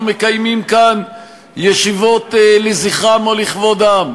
מקיימים כאן ישיבות לזכרם או לכבודם,